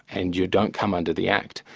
and you don't come under the act.